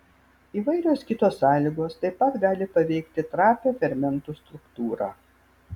įvairios kitos sąlygos taip pat gali paveikti trapią fermentų struktūrą